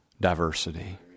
diversity